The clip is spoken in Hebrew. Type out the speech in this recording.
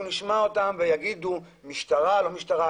אנחנו נשמע אותם ויגידו משטרה או לא משטרה.